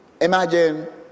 Imagine